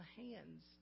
hands